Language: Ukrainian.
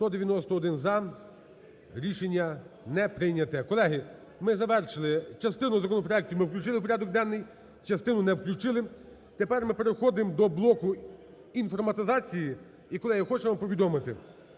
За-191 Рішення не прийнято. Колеги, ми завершили частину законопроектів, ми включили у порядок денний, частину не включили. Тепер ми переходимо до блоку інформатизації. І, колеги, хочу вам повідомити,